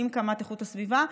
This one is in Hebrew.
עם קמ"ט איכות הסביבה,